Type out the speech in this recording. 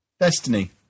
Destiny